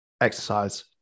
exercise